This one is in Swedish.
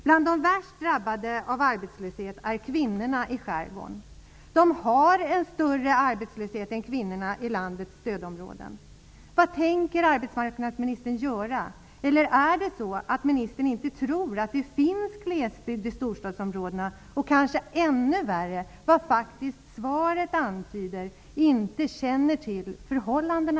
Bland de värst drabbade av arbetslösheten är kvinnorna i skärgården. De har en större arbetslöshet än kvinnorna i landets stödområden. Vad tänker arbetsmarknadsministern göra? Tror inte ministern att det finns glesbygd i storstadsområdena eller, vilket är ännu värre och som faktiskt svaret antyder, inte känner till förhållandena?